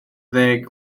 ddeg